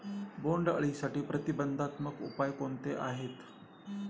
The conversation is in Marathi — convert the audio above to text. बोंडअळीसाठी प्रतिबंधात्मक उपाय कोणते आहेत?